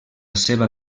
seva